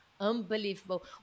unbelievable